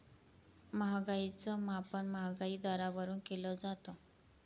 महागाईच मापन महागाई दरावरून केलं जातं